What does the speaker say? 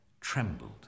trembled